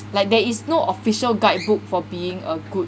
like there is no official guidebook for being a good